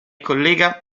collega